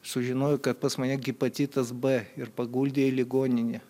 sužinojo kad pas mane gipacitas b ir paguldė į ligoninę